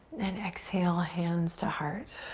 and exhale, hands to heart.